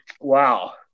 Wow